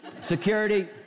Security